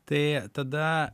tai tada